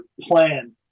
plan